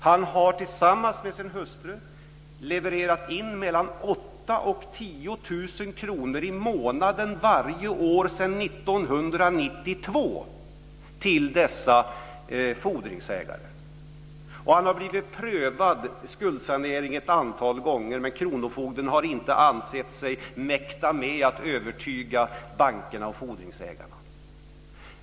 Han har tillsammans med sin hustru levererat in mellan 8 000 och 10 000 kr i månaden varje år sedan 1992 till dessa fordringsägare. Han har blivit prövad för skuldsanering ett antal gånger, men kronofogden har inte ansett sig mäkta med att övertyga bankerna och fordringsägarna.